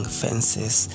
fences